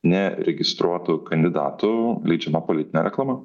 neregistruotų kandidatų leidžiama politinė reklama